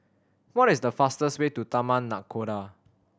what is the fastest way to Taman Nakhoda